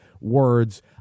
words